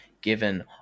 given